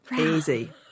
easy